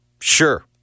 Sure